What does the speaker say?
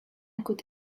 could